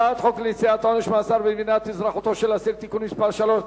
הצעת חוק לנשיאת עונש מאסר במדינת אזרחותו של האסיר (תיקון מס' 3),